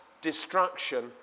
destruction